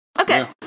Okay